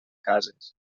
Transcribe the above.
cases